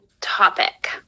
topic